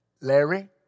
Larry